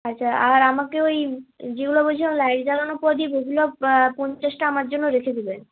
আচ্ছা আর আমাকে ঐ যেগুলো বলছিলাম লাইট জ্বালানো প্রদীপ ওগুলো পঞ্চাশটা আমার জন্য রেখে দেবেন